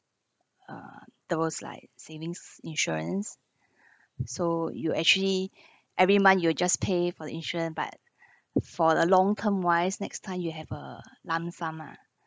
uh there was like savings insurance so you actually every month you just pay for the insurance but for the long term wise next time you have a lump sum ah